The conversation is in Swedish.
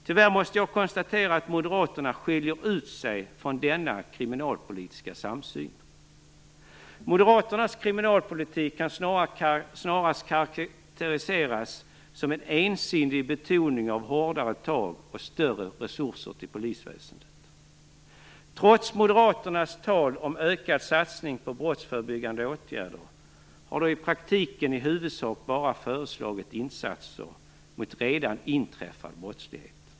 Tyvärr måste jag konstatera att Moderaterna skiljer ut sig från denna kriminalpolitiska samsyn. Moderaternas kriminalpolitik kan snarast karaktäriseras som en ensidig betoning av hårdare tag och större resurser till polisväsendet. Trots moderaternas tal om ökad satsning på brottsförebyggande åtgärder har de i praktiken i huvudsak bara föreslagit insatser mot redan inträffad brottslighet.